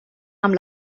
amb